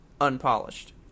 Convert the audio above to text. unpolished